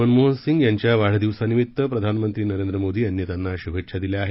मनमोहन सिंग यांच्या वाढदिवसानिमित्त प्रधानमंत्री नरेंद मोदी यांनी त्यांना शुभेच्छा दिल्या आहेत